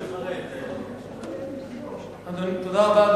תודה רבה.